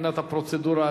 מבחינת הפרוצדורה,